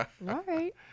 right